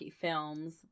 films